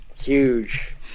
Huge